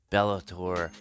Bellator